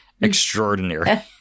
extraordinary